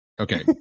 Okay